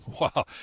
Wow